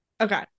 Okay